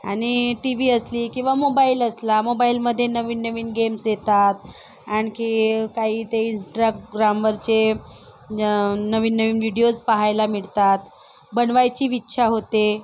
आणि TV असली किंवा मोबाईल असला मोबाईलमध्ये नवीन नवीन गेम्स येतात आणखी काही ते इंस्टाग्रामवरचे नवीन नवीन वीडियोज़ पाहायला मिळतात बनवायचीबी इच्छा होते